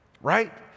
Right